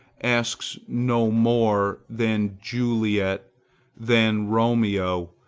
asks no more, than juliet than romeo.